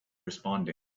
responding